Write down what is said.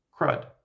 crud